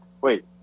Wait